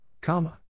comma